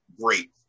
great